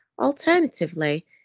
Alternatively